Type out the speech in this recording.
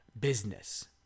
business